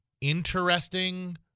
interesting